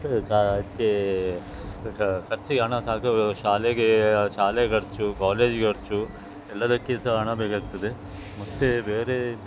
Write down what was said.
ಕೆಲಸ ಕ ಕೆ ಖರ್ಚಿಗೆ ಹಣ ಸಾಕಾಗುವುದಿಲ್ಲ ಶಾಲೆಗೆ ಶಾಲೆಯ ಖರ್ಚು ಕಾಲೇಜ್ ಖರ್ಚು ಎಲ್ಲದಕ್ಕೆ ಸಹ ಹಣ ಬೇಕಾಗ್ತದೆ ಮತ್ತು ಬೇರೆ